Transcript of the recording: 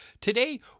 today